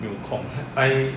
没有空